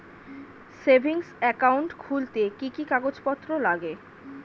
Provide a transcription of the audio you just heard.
Savings account খুলতে কি কি কাগজপত্র লাগে?